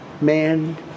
man